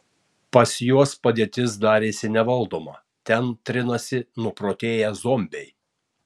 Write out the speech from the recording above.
pas juos padėtis darėsi nevaldoma ten trinasi nuprotėję zombiai